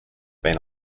been